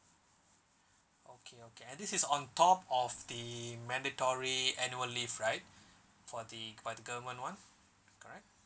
okay okay and this is on top of the mandatory annual leave right for the by the government [one] correct